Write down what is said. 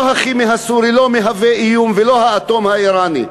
לא הכימי הסורי מהווה איום, ולא האטום האיראני.